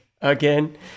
Again